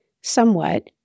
somewhat